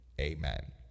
Amen